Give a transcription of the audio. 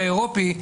האירופי,